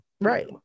Right